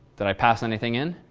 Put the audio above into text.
did i pass anything in?